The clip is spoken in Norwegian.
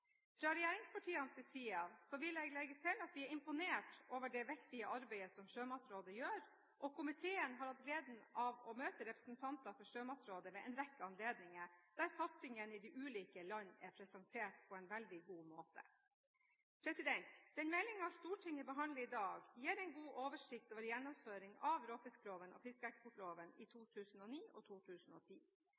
vil jeg legge til at vi er imponert over det viktige arbeidet som Sjømatrådet gjør. Komiteen har hatt gleden av å møte representanter for Sjømatrådet ved en rekke anledninger, der satsingene i de ulike land er blitt presentert på en veldig god måte. Den meldingen Stortinget behandler i dag, gir en god oversikt over gjennomføring av råfiskloven og fiskeeksportloven i 2009 og 2010.